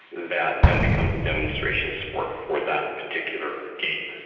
that and then becomes a demonstration sport for that particular games.